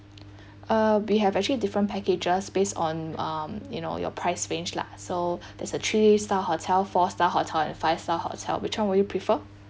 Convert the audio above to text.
uh we have actually different packages based on um you know your price range lah so there is a three star hotel four star hotel and five star hotel which one will you prefer